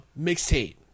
Mixtape